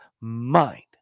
mind